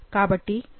కాబట్టి 21001100